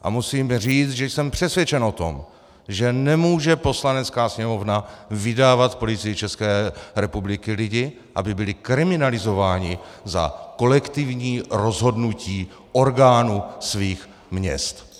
A musím říct, že jsem přesvědčen o tom, že nemůže Poslanecká sněmovna vydávat Policii České republiky lidi, aby byli kriminalizováni za kolektivní rozhodnutí orgánů svých měst.